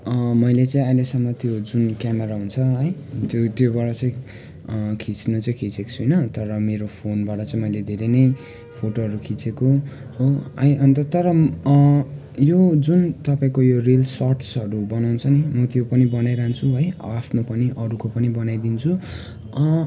मैले चाहिँ अहिलेसम्म त्यो जुन क्यामरा हुन्छ है त्यो त्योबाट चाहिँ खिच्न चाहिँ खिचेको छुइनँ तर मेरो फोनबाट चाहिँ मैले धेरै नै फोटोहरू खिचेको हो है अन्त तर यो जुन तपाईँको यो रिल्स सर्टसहरू बनाउँछ नि म त्यो पनि बनाइरहन्छु है आफ्नो पनि अरूको पनि बनाइदिन्छु